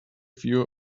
few